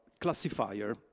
classifier